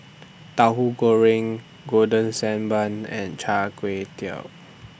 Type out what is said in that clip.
Tahu Goreng Golden Sand Bun and Chai Tow Kuay